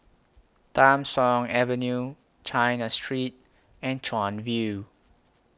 Tham Soong Avenue China Street and Chuan View